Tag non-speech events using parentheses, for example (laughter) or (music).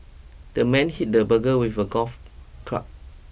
the man hit the burglar with a golf (noise) club